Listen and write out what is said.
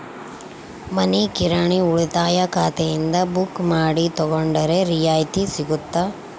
ಮನಿ ಕಿರಾಣಿ ಉಳಿತಾಯ ಖಾತೆಯಿಂದ ಬುಕ್ಕು ಮಾಡಿ ತಗೊಂಡರೆ ರಿಯಾಯಿತಿ ಸಿಗುತ್ತಾ?